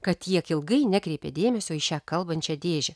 kad tiek ilgai nekreipė dėmesio į šią kalbančią dėžę